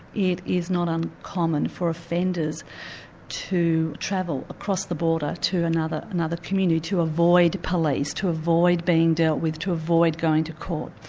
it is not uncommon for offenders to travel across the border to another another community, to avoid police, to avoid being dealt with, to avoid going to court.